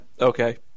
Okay